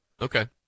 okay